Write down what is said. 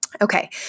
Okay